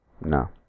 No